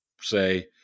say